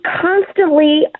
constantly